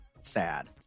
sad